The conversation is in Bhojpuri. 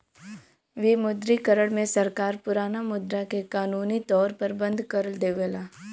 विमुद्रीकरण में सरकार पुराना मुद्रा के कानूनी तौर पर बंद कर देवला